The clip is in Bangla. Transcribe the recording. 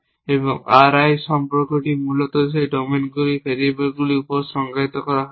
এবং R i সম্পর্কটি মূলত সেই ভেরিয়েবলগুলির উপর সংজ্ঞায়িত করা হয়েছে